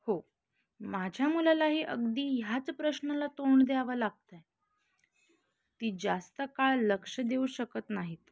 हो माझ्या मुलालाही अगदी ह्याच प्रश्नाला तोंड द्यावं लागत आहे ती जास्त काळ लक्ष देऊ शकत नाहीत